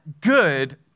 good